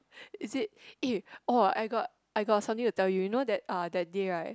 is it eh oh I got I got something to tell you you know that uh that day right